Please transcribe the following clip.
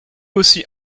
aussi